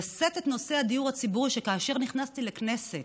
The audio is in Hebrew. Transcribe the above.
לשאת את נושא הדיור הציבורי, וכאשר נכנסתי לכנסת